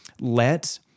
let